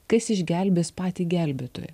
kas išgelbės patį gelbėtoją